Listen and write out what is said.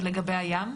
ולגבי הים?